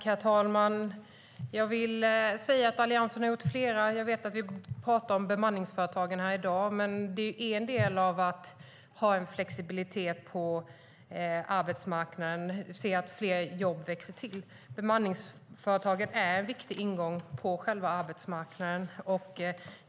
Herr talman! Jag vet att vi pratar om bemanningsföretagen i dag, men en del i att ha en flexibilitet på arbetsmarknaden är att se till att fler jobb växer till. Bemanningsföretagen är en viktig ingång på arbetsmarknaden.